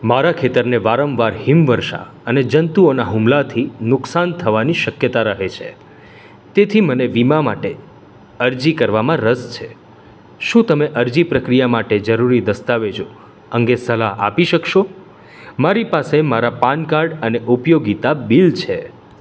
મારા ખેતરને વારંવાર હિમવર્ષા અને જંતુઓના હુમલાથી નુકસાન થવાની શક્યતા રહે છે તેથી મને વીમા માટે અરજી કરવામાં રસ છે શું તમે અરજી પ્રક્રિયા માટે જરૂરી દસ્તાવેજો અંગે સલાહ આપી શકશો મારી પાસે મારા પાન કાર્ડ અને ઉપયોગિતા બિલ છે